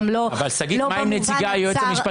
גם לא במובן הצר